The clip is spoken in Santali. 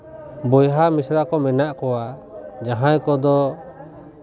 ᱵᱚᱭᱦᱟ ᱢᱤᱥᱨᱟ ᱠᱚ ᱢᱮᱱᱟᱜ ᱠᱚᱣᱟ ᱡᱟᱦᱟᱸᱭ ᱠᱚᱫᱚ